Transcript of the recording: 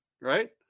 right